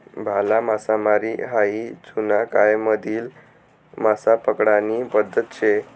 भाला मासामारी हायी जुना कायमाधली मासा पकडानी पद्धत शे